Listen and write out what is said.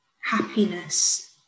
happiness